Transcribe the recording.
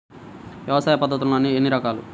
వ్యవసాయ పద్ధతులు ఎన్ని రకాలు?